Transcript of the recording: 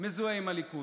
מזוהה עם הליכוד?